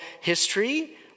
history